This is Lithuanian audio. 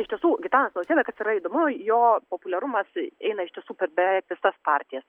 iš tiesų gitanas nausėda kas yra įdomu jo populiarumas eina iš tiesų per beveik visas partijas